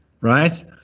Right